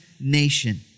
nation